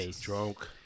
Drunk